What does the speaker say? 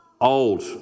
Old